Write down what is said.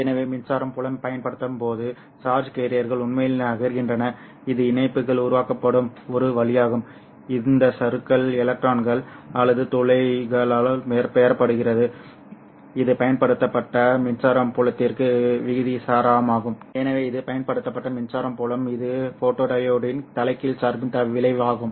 எனவே மின்சார புலம் பயன்படுத்தப்படும்போது சார்ஜ் கேரியர்கள் உண்மையில் நகர்கின்றன இது இணைப்புகள் உருவாக்கப்படும் ஒரு வழியாகும் இந்த சறுக்கல் எலக்ட்ரான்கள் அல்லது துளைகளால் பெறப்படுகிறது இது பயன்படுத்தப்பட்ட மின்சார புலத்திற்கு விகிதாசாரமாகும் எனவே இது பயன்படுத்தப்பட்ட மின்சார புலம் இது ஃபோட்டோடியோடின் தலைகீழ் சார்பின் விளைவாகும்